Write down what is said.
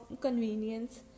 convenience